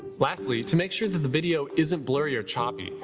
lastly, to make sure the video isn't blurry or choppy,